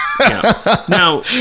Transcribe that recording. Now